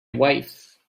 wife